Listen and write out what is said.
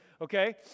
Okay